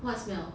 what smell